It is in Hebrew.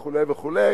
וכו' וכו',